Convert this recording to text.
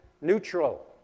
neutral